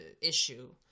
issue